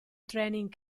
training